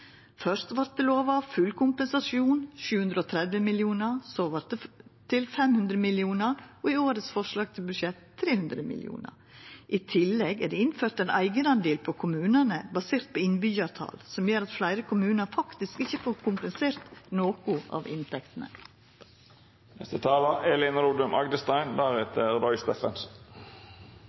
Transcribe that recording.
Først vart det lova full kompensasjon, 730 mill. kr, så vart det til 500 mill. kr, og i årets forslag til budsjett er det 300 mill. kr. I tillegg er det innført ein eigenandel på kommunane basert på innbyggjartal som gjer at fleire kommunar faktisk ikkje får kompensert noko av